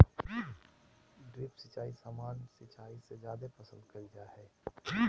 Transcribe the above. drip सिंचाई सामान्य सिंचाई से जादे पसंद कईल जा हई